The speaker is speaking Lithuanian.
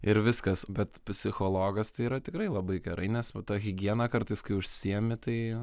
ir viskas bet psichologas tai yra tikrai labai gerai nes va ta higiena kartais kai užsiimi tai